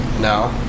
No